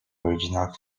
original